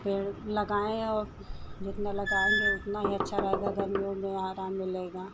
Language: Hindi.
पेड़ लगाएँ और जितना लगाएँगे उतना ही अच्छा रहेगा गर्मियों में आराम मिलेगा